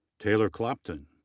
taylor clopton,